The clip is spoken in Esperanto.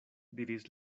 diris